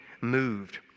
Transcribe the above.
moved